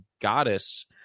goddess